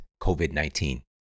COVID-19